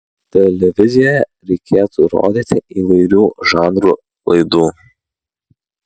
televizijoje reikėtų rodyti įvairių žanrų laidų